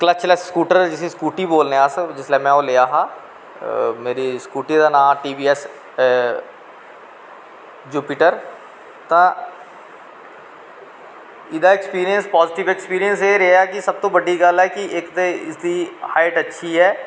clutchless scooter जिस्सी Scooty बोलने अस जिसलै में ओह् लेआ हा मेरी स्कूटी दा नांऽ टी वी एस्स जुपिटर तां इह्दा अक्पीरियंस पाजिटिब अक्सपिरियंस एह् रेहा कि सब्भ तो बड्डी गल्ल ऐ कि इसदी हाईट अच्छी ऐ